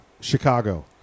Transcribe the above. Chicago